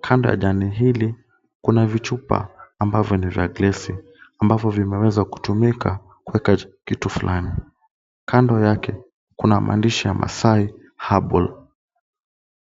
Kando ya jani hili, kuna vichupa ambavyo ni vya glasi ambavyo vimeweza kutumika kuweka kitu flani. Kando yake, kuna maandishi ya Maasai Herbal.